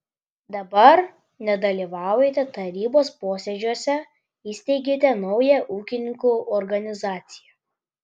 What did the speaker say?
dabar nedalyvaujate tarybos posėdžiuose įsteigėte naują ūkininkų organizaciją